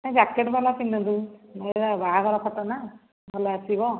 ନାଇ ଜ୍ୟାକେଟ୍ ବାଲା ପିନ୍ଧନ୍ତୁ ବାହାଘର ଫୋଟୋ ନା ଭଲ ଆସିବ